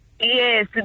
Yes